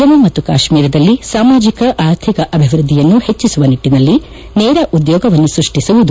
ಜಮ್ಮ ಮತ್ತು ಕಾಶ್ಮೀರದಲ್ಲಿ ಸಾಮಾಜಕ ಆರ್ಥಿಕ ಅಭಿವೃದ್ಧಿಯನ್ನು ಹೆಚ್ಚಿಸುವ ನಿಟ್ಟನ ನೇರ ಉದ್ಯೋಗವನ್ನು ಸೃಷ್ಟಿಸುವುದು